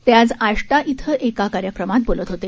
ते आज आष्टा ॐ एका कार्यक्रमात बोलत होते